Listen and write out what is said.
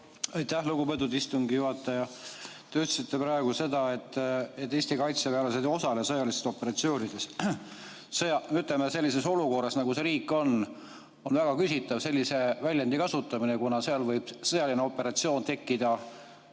Aitäh, lugupeetud istungi juhataja! Te ütlesite praegu, et Eesti kaitseväelased ei osale sõjalistes operatsioonides. Ütleme, sellises olukorras, kus see riik on, on väga küsitav sellise väljendi kasutamine, kuna seal võib sõjaline olukord tekkida